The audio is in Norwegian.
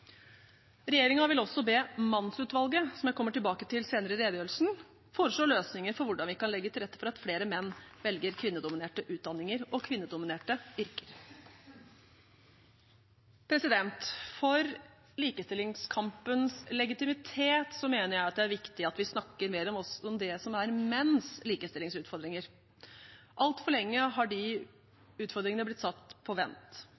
vil også be mannsutvalget, som jeg kommer tilbake til senere i redegjørelsen, foreslå løsninger for hvordan vi kan legge til rette for at flere menn velger kvinnedominerte utdanninger og kvinnedominerte yrker. For likestillingskampens legitimitet mener jeg det er viktig at vi snakker mer om det som er menns likestillingsutfordringer. Altfor lenge har de utfordringene blitt satt på vent.